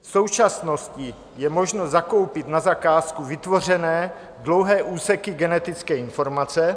V současnosti je možno zakoupit na zakázku vytvořené dlouhé úseky genetické informace.